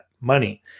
money